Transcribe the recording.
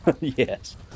Yes